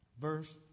verse